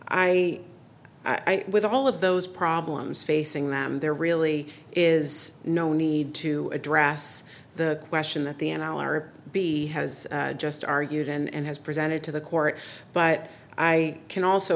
i'm with all of those problems facing them there really is no need to address the question that the n f l or be has just argued and has presented to the court but i can also